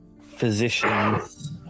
physicians